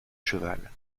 cheval